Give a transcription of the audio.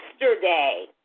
yesterday